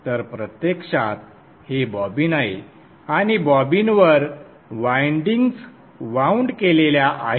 तर प्रत्यक्षात हे बॉबिन आहे आणि बॉबिनवर वायंडिंग्ज वाऊंड केलेल्या आहेत